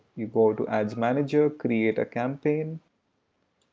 you go to ads manager create a campaign